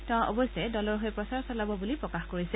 তেওঁ অৱশ্যে দলৰ হৈ প্ৰচাৰ চলাব বুলি প্ৰকাশ কৰিছে